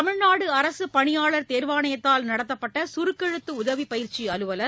தமிழ்நாடு அரசுப்பணியாளர் தேர்வாணையத்தால் நடத்தப்பட்ட சுருக்கெழுத்து உதவிப் பயிந்சி அலுவலர்